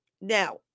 now